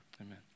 amen